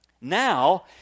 Now